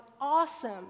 awesome